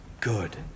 Good